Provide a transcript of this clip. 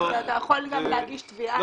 ואתה יכול גם להגיש תביעה.